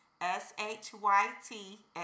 S-H-Y-T